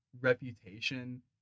reputation